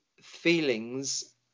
feelings